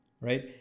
right